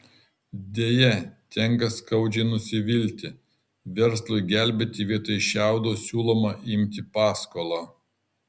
deja tenka skaudžiai nusivilti verslui gelbėti vietoj šiaudo siūloma imti paskolą